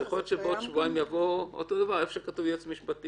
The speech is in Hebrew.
אז יכול להיות שבעוד שבועיים יעבור אותו דבר איפה שכתוב היועץ המשפטי,